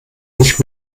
nicht